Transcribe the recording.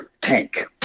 tank